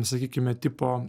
sakykime tipo